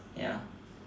ya